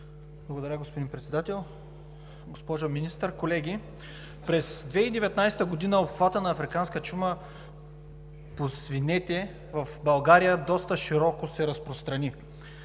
Благодаря, господин Председател. Госпожо Министър, колеги! През 2019 г. обхватът на африканската чума по свинете в България доста широко се разпространи.